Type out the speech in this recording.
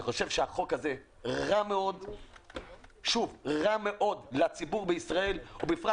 החוק הזה רע מאוד לציבור בישראל ובפרט